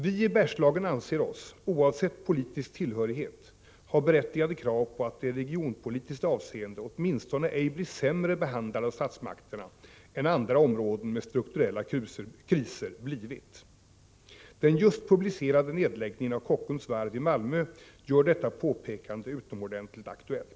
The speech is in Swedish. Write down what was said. Vi i Bergslagen anser oss, oavsett politisk tillhörighet, ha berättigade krav på att i regionpolitiskt avseende åtminstone ej bli sämre behandlade av statsmakterna än andra områden med strukturella kriser blivit. Den just publicerade nedläggningen av Kockums varv i Malmö gör detta påpekande utomordentligt aktuellt.